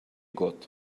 got